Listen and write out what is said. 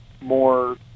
more